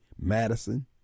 Madison